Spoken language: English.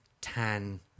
tan